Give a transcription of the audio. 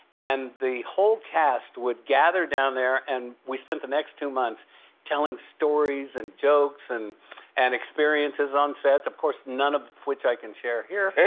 and the whole cast would gather down there. and we spent the next two months telling stories, and jokes, and and experiences on sets. of course, none of which i can share here.